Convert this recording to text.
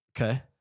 Okay